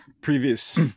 previous –